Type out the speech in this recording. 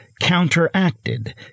counteracted